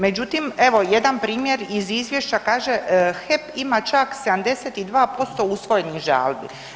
Međutim, evo jedan primjer iz izvješća kaže HEP ima čak 72% usvojenih žalbi.